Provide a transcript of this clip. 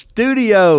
Studio